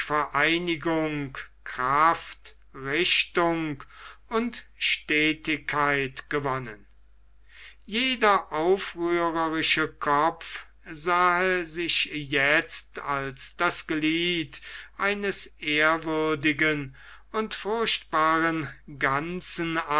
vereinigung kraft richtung und stetigkeit gewonnen jeder aufrührerische kopf sah sich jetzt als das glied eines ehrwürdigen und furchtbaren ganzen